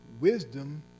Wisdom